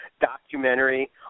documentary